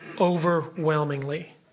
overwhelmingly